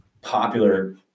popular